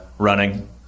Running